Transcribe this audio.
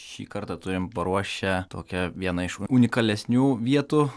šį kartą turim paruošę tokią vieną iš unikalesnių vietų